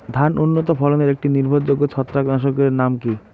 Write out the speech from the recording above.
ধান উন্নত ফলনে একটি নির্ভরযোগ্য ছত্রাকনাশক এর নাম কি?